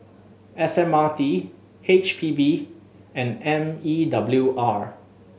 S M R T H P B and M E W R